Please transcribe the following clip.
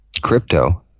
crypto